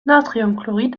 natriumchlorid